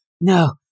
no